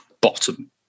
bottom